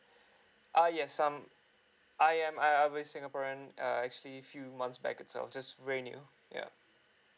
err yes um I am I I been singaporean err actually few months back itself just renew yeah